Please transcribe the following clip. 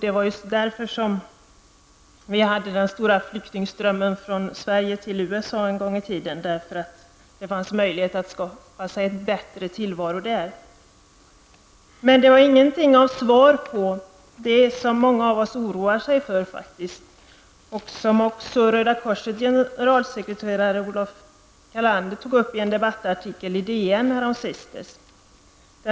Det var därför som så många svenskar flyttade till USA en gång i tiden. Det fanns möjligheter för dem att skapa sig en bättre tillvaro i USA. Maud Björnmalm gav inga besked om sådant som många av oss oroar oss för, saker som också Röda korsets generalsekreterare Olof Hellander tog upp i en debattartikel i DN häromsistens.